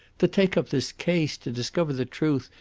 to take up this case, to discover the truth,